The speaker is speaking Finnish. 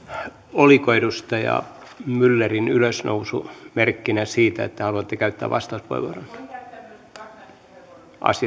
oliko edustaja myllerin ylösnousu merkkinä siitä että haluatte käyttää vastauspuheenvuoron asia